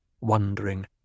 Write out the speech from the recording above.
wondering